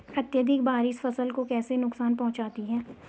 अत्यधिक बारिश फसल को कैसे नुकसान पहुंचाती है?